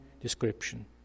description